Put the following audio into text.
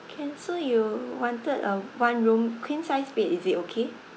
can so you wanted a one room queen size bed is it okay